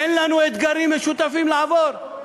אין לנו אתגרים משותפים לעבור?